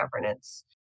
governance